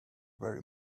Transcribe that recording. very